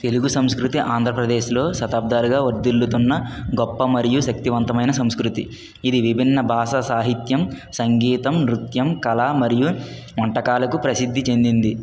తెలుగు సంస్కృతి ఆంధ్రప్రదేశ్లో శతాబ్దాలుగా వర్ధిల్లుతున్న గొప్ప మరియు శక్తివంతమైన సంస్కృతి ఇది విభిన్న బాషా సాహిత్యం సంగీతం నృత్యం కళ మరియు వంటకాలకు ప్రసిద్ది చెందింది